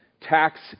tax